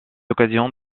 occasion